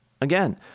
Again